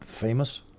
famous